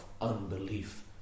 Unbelief